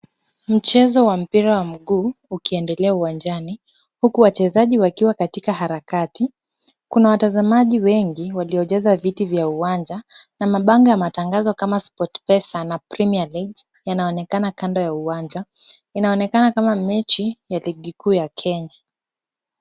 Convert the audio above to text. Mchezo wa mpira wa mguu ukiendelea uwanjani, huku wachezaji wakiwa katika harakati. Kuna watazamaji wengi waliojaza viti vya uwanja na mabango ya matangazo kama Sportpesa na premier league yanaonekana kando ya uwanja. Inaonekana kama mechi ya ligi kuu ya kenya.